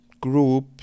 group